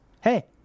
hey